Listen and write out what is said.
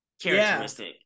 characteristic